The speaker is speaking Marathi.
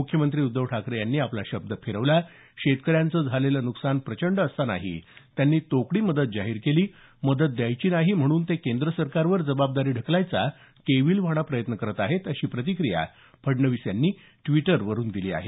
मुख्यमंत्री उद्धव ठाकरे यांनी आपला शब्द फिरवला शेतकऱ्यांचं झालेलं नुकसान प्रचंड असतानाही त्यांनी तोकडी मदत जाहीर केली मदत द्यायची नाही म्हणून ते केंद्र सरकारवर जबाबदारी ढकलायचा केविलवाणा प्रयत्न करत आहे अशी प्रतिक्रिया फडणवीस यांनी ड्विटरवरून दिली आहे